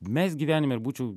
mest gyvenime ir būčiau